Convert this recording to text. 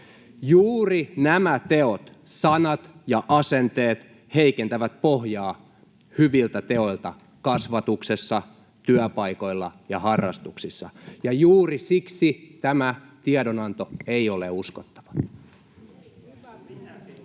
Juuri nämä teot, sanat ja asenteet heikentävät pohjaa hyviltä teoilta kasvatuksessa, työpaikoilla ja harrastuksissa, ja juuri siksi tämä tiedonanto ei ole uskottava. [Ben Zyskowicz: